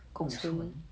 共存